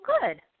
good